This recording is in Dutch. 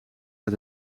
uit